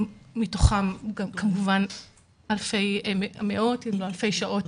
מתוכן מאות אם לא אלפי שעות